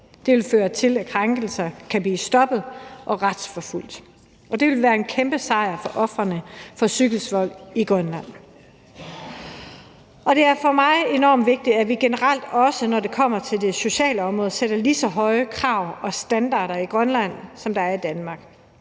Det vil føre til, at krænkelser kan blive stoppet og udøveren kan blive retsforfulgt, og det vil være en kæmpesejr for ofrene for psykisk vold i Grønland. Det er for mig enormt vigtigt, at vi generelt også, når det kommer til det sociale område, sætter lige så høje krav og standarder i Grønland, som der er i Danmark,